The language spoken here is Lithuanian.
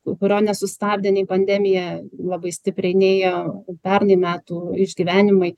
kurio nesustabdė nei pandemija labai stipriai nei pernai metų išgyvenimai